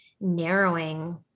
narrowing